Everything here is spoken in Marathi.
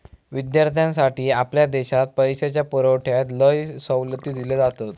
विद्यार्थ्यांसाठी आपल्या देशात पैशाच्या पुरवठ्यात लय सवलती दिले जातत